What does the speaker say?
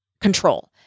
control